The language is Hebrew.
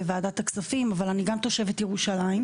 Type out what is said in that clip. בוועדת הכספים אבל אני גם תושבת ירושלים.